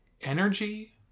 energy